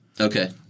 Okay